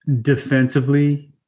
defensively